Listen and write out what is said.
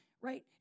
right